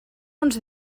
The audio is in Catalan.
uns